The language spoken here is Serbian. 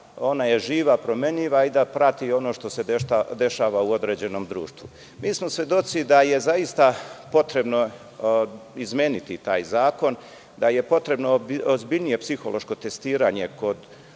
ona je živa, promenljiva i da prati ono što se dešava u određenom društvu. Mi smo svedoci da je zaista potrebno izmeniti taj zakon, da je potrebno ozbiljnije psihološko testiranje kod